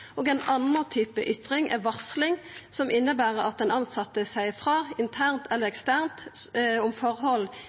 og ein annan type ytring er varsling som inneber at den tilsette seier frå, internt eller eksternt, om forhold